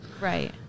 Right